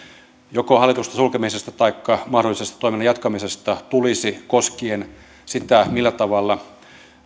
joko hallitusta sulkemisesta taikka mahdollisesta toiminnan jatkamisesta tulisi koskien sitä millä tavalla